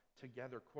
together